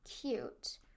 cute